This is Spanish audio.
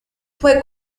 fue